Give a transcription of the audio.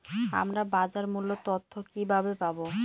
আমরা বাজার মূল্য তথ্য কিবাবে পাবো?